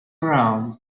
around